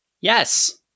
Yes